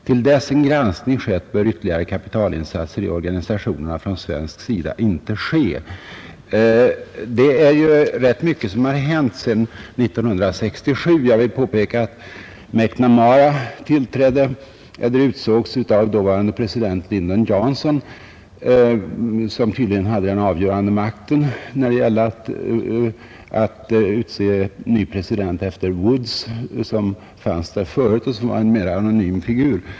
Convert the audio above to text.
Till dess en granskning har skett bör ytterligare kapitalinsatser i organisationerna från svensk sida inte ske. Det är ju rätt mycket som har hänt sedan 1967. Jag vill påpeka att MacNamara utsågs av dåvarande presidenten Lyndon Johnson, som tydligen hade den avgörande makten när det gällde att utse ny president efter Woods, som fanns där förut och var en mera anonym figur.